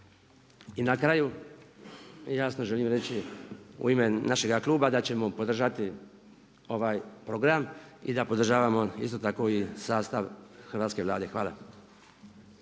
I na kraju jasno želim reći u ime našega kluba da ćemo podržati ovaj program i da podržavamo isto tako i sastav hrvatske Vlade. Hvala.